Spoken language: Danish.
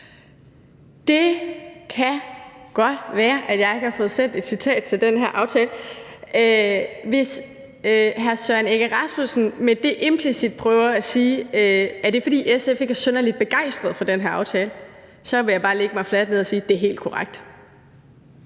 Det kan godt være, jeg ikke har fået sendt et citat til den her aftale. Hvis hr. Søren Egge Rasmussen med det implicit prøver at spørge, om det er, fordi SF ikke er synderlig begejstret for den her aftale, vil jeg bare lægge mig fladt ned og sige, at det er helt korrekt.